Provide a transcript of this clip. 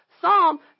psalm